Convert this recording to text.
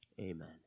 amen